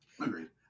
Agreed